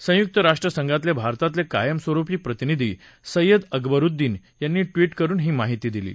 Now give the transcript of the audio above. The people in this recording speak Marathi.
संयुक्त राष्ट्रसंघातले भारतातले कायम स्वरुपी प्रतिनिधी सय्यद अकबरूद्दीन यांनी ट्विट करुन ही माहिती दिली आहे